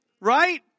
Right